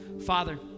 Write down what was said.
Father